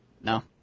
No